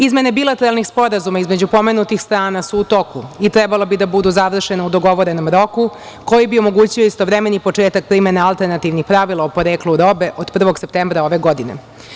Izmene bilateralnih sporazuma između pomenutih strana su u toku i trebalo bi da budu završene u dogovorenom roku, koji bi omogućio istovremeni početak primene alternativnih pravila o poreklu robe od 1. septembra ove godine.